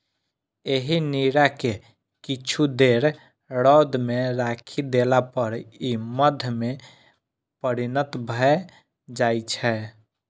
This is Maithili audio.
एहि नीरा कें किछु देर रौद मे राखि देला पर ई मद्य मे परिणत भए जाइ छै